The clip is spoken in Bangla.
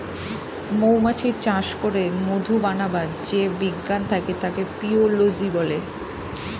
মৌমাছি চাষ করে মধু বানাবার যে বিজ্ঞান থাকে তাকে এপিওলোজি বলে